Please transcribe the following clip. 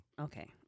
okay